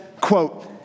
quote